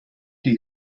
die